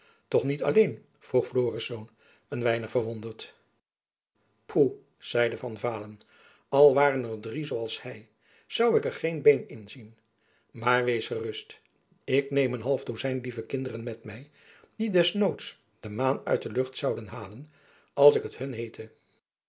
toch niet alleen vroeg florisz een weinig verwonderd phoe zeide van vaalen al waren er drie zoo als hy zoû ik er geen been in zien maar wees gerust ik neem een half dozijn lieve kinderen met my die des noods de maan uit de lucht zouden halen als ik het hun heette